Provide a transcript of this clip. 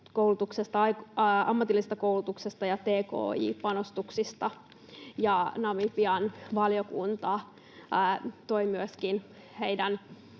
ammatillisesta koulutuksesta ja tki-panostuksista. Namibian valiokunta toi myöskin heidän